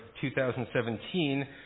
2017